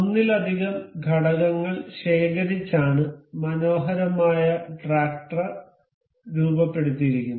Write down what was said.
ഒന്നിലധികം ഘടകങ്ങൾ ശേഖരിച്ചാണ് മനോഹരമായ ട്രാക്ടർ രൂപപ്പെടുത്തിയിരിക്കുന്നത്